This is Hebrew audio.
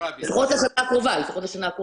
לפחות לשנה הקרובה.